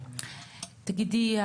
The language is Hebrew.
תגידי,